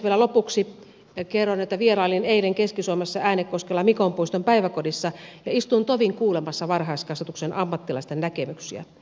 vielä lopuksi kerron että vierailin eilen keski suomessa äänekoskella mikonpuiston päiväkodissa ja istuin tovin kuulemassa varhaiskasvatuksen ammattilaisten näkemyksiä